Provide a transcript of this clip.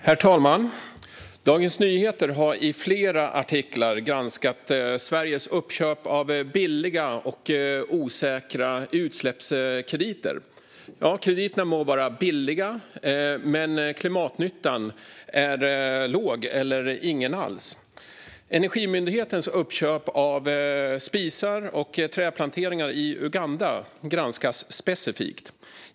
Herr talman! Dagens Nyheter har i flera artiklar granskat Sveriges uppköp av billiga och osäkra utsläppskrediter. Krediterna må vara billiga, men klimatnyttan är låg eller ingen alls. Energimyndighetens uppköp av spisar och trädplanteringar i Uganda granskas specifikt.